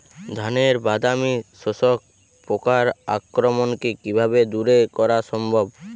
ধানের বাদামি শোষক পোকার আক্রমণকে কিভাবে দূরে করা সম্ভব?